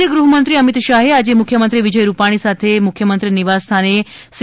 કેન્દ્રિય ગૃહમંત્રી અમિત શાહે આજે મુખ્યમંત્રી વિજય રૂપાણી સાથે મુખ્યમંત્રી નિવાસસ્થાને સી